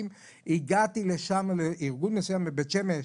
הגעתי לארגון מסוים בבית שמש,